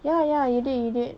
ya ya you did you did